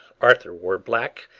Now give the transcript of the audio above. arthur wore black,